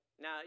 now